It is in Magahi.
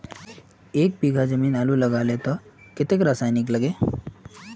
एक बीघा जमीन आलू लगाले तो कतेक रासायनिक लगे?